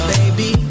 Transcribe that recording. Baby